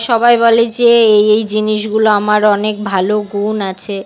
সবাই বলে যে এই এই জিনিসগুলো আমার অনেক ভালো গুণ আছে